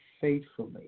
faithfully